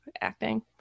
acting